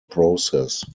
process